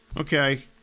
Okay